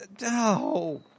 No